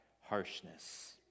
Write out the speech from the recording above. harshness